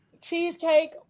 Cheesecake